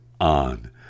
on